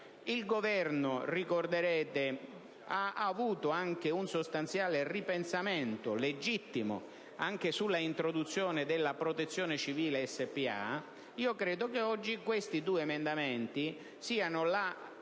Il Governo - ricorderete - ha avuto anche un sostanziale ripensamento, legittimo, anche sull'introduzione della Protezione civile Spa. Io credo che oggi questi due emendamenti siano la